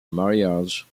marriage